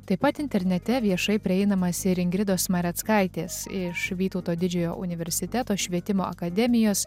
taip pat internete viešai prieinamas ir ingridos mareckaitės iš vytauto didžiojo universiteto švietimo akademijos